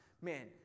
man